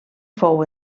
fou